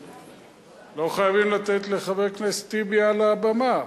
לא חייבים לתת לחבר הכנסת טיבי הלאה במה.